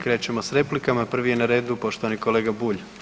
Krećemo s replikama, prvi je na redu poštovani kolega Bulj.